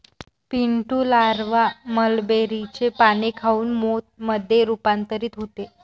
Pintu larva मलबेरीचे पाने खाऊन मोथ मध्ये रूपांतरित होते